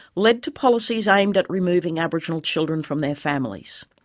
led to policies aimed at removing aboriginal children from their families.